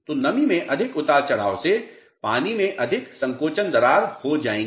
तो नमी में अधिक उतार चढ़ाव से पदार्थ में अधिक संकोचन दरार हो जायेंगी